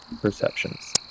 perceptions